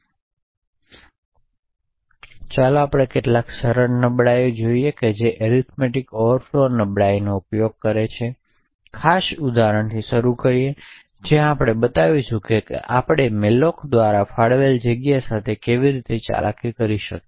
હવે ચાલો આપણે કેટલાક સરળ નબળાઈઓ જોઈએ જે એરીથમેટીક ઓવરફ્લો નબળાઈઓનો ઉપયોગ કરે છે આ ખાસ ઉદાહરણથી શરૂ કરી જ્યાં આપણે બતાવીશું કે આપણે મેલોક દ્વારા ફાળવેલ જગ્યા સાથે કેવી રીતે ચાલાકી કરી શકીએ